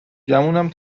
گمونم